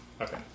Okay